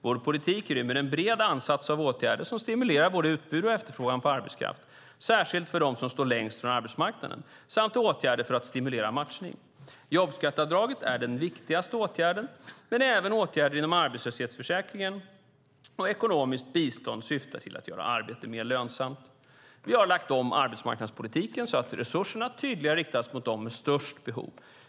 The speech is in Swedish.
Vår politik rymmer en bred ansats av åtgärder som stimulerar både utbud och efterfrågan på arbetskraft, särskilt för dem som står längst från arbetsmarknaden, samt åtgärder för att stimulera matchning. Jobbskatteavdraget är den viktigaste åtgärden, men även åtgärder inom arbetslöshetsförsäkringen och ekonomiskt bistånd syftar till att göra arbete mer lönsamt. Vi har lagt om arbetsmarknadspolitiken så att resurserna tydligare riktats mot dem med störst behov.